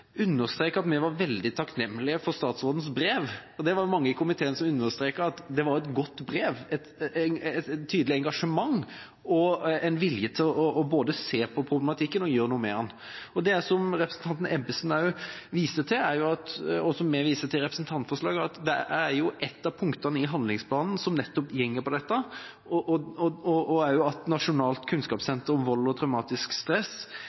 understreke at vi var veldig takknemlige for statsrådens brev. Det var mange i komiteen som understreket at det var et godt brev, et tydelig engasjement og en vilje til både å se på problematikken og å gjøre noe med den. Som representanten Ebbesen også viser til, og som vi viser til i representantforslaget, er det et av punktene i handlingsplanen som går nettopp på dette, og også at Nasjonalt kunnskapssenter om vold og traumatisk stress